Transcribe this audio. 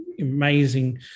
amazing